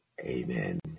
Amen